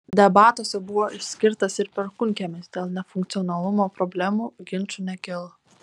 debatuose buvo išskirtas ir perkūnkiemis dėl nefunkcionalumo problemų ginčų nekilo